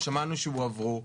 ששמענו שהועברו.